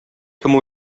кем